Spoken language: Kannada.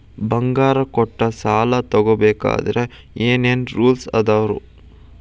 ಬಂಗಾರ ಕೊಟ್ಟ ಸಾಲ ತಗೋಬೇಕಾದ್ರೆ ಏನ್ ಏನ್ ರೂಲ್ಸ್ ಅದಾವು?